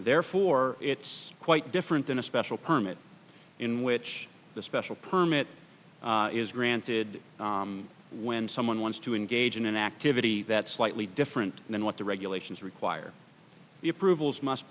therefore it's quite different than a special permit in which the special permit is granted when someone wants to engage in an activity that slightly different than what the regulations require